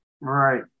Right